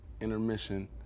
intermission